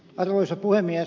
arvoisa puhemies